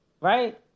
Right